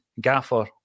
gaffer